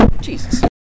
Jesus